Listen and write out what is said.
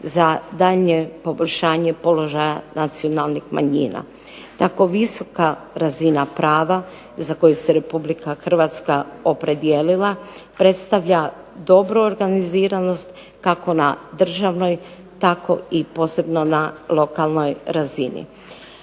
za daljnje poboljšanje položaja nacionalnih manjina. Tako visoka razina prava za koji se Republika Hrvatska opredijelila predstavlja dobru organiziranost kako na državnoj, tako i posebno na lokalnoj razini.